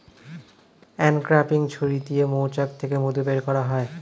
uncapping ছুরি দিয়ে মৌচাক থেকে মধু বের করা হয়